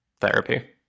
Therapy